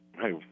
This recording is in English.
hey